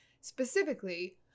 specifically